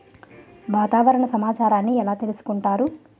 వాతావరణ సమాచారాన్ని ఎలా తెలుసుకుంటారు?